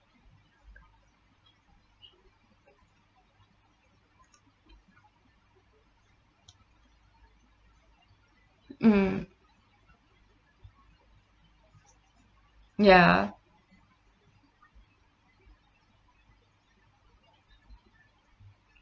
mm ya